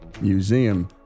museum